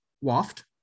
waft